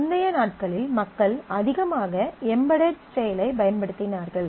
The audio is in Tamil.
முந்தைய நாட்களில் மக்கள் அதிகமாக எம்பேடெட் ஸ்டைலை பயன்படுத்தினார்கள்